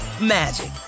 magic